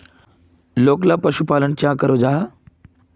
लोकला पशुपालन चाँ करो जाहा?